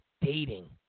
dating